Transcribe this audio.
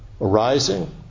arising